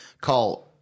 call